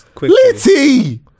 Litty